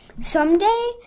Someday